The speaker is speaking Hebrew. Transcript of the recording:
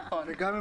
נכון.